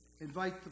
invite